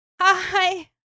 hi